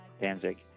Danzig